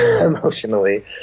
emotionally